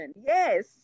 Yes